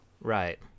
Right